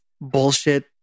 bullshit